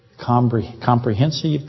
Comprehensive